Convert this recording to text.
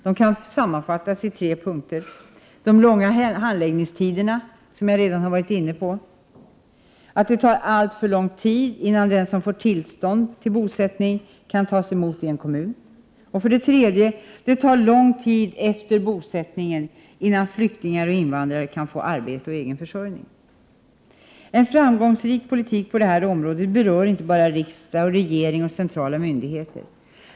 De kan sammanfattas i tre punkter: — de långa handläggningstiderna som jag redan varit inne på, — det tar alltför lång tid innan den som fått tillstånd till bosättning kan tas emot i en kommun, — det tar lång tid efter bosättningen innan flyktingar och invandrare kan få arbete och egen försörjning. En framgångsrik politik på det här området berör inte bara riksdag, regering och centrala myndigheter.